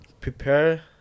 Prepare